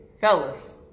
fellas